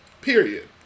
Period